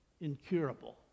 incurable